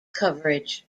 coverage